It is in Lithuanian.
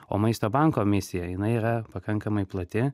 o maisto banko misija jinai yra pakankamai plati